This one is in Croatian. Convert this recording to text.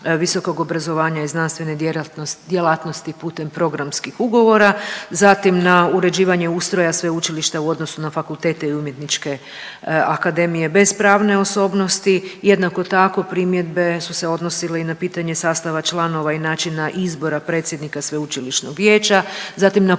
visokog obrazovanja i znanstvene djelatnosti putem programskih ugovora, zatim na uređivanje ustroja sveučilišta u odnosu na fakultete i umjetničke akademije bez pravne osobnosti. Jednako tako, primjedbe su se odnosile i na pitanje sastava članova i izbora predsjednika sveučilišnog vijeća, zatim na